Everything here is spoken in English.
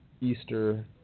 Easter